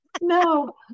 No